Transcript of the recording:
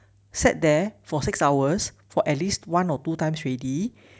sat there for six hours for at least one or two times already